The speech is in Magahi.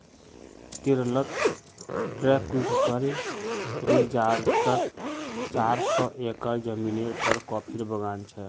केरलत ट्रैंक्विल रिज़ॉर्टत चार सौ एकड़ ज़मीनेर पर कॉफीर बागान छ